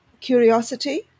curiosity